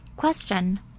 Question